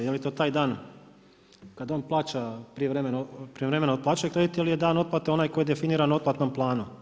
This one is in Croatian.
Je li to taj dan kad on plaća prijevremeno otplaćuje kredit ili je dan otplate onaj koji je definiran u otplatnom planu?